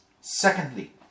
Secondly